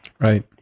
Right